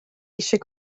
eisiau